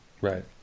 right